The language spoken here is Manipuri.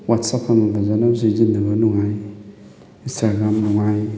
ꯋꯥꯠꯆꯞ ꯑꯃ ꯐꯖꯅ ꯁꯤꯖꯤꯟꯅꯕ ꯅꯨꯡꯉꯥꯏ ꯏꯟꯁꯇꯥꯒ꯭ꯔꯥꯝ ꯅꯨꯡꯉꯥꯏ